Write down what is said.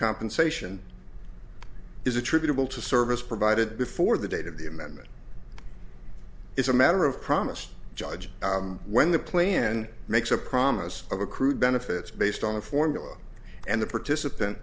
compensation is attributable to service provided before the date of the amendment is a matter of promise judge when the plan makes a promise of accrued benefits based on a formula and the participant